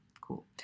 cool